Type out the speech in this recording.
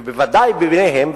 ובוודאי ביניהם,